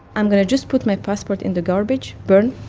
i'm going to just put my passport in the garbage, burn,